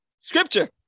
Scripture